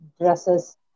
dresses